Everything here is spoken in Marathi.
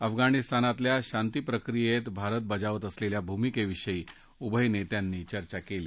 अफगाणिस्तानतल्या शांतीप्रक्रियेत भारत बजावत असलेल्या भूमिकेविषयी उभय नेत्यांनी चर्चा केली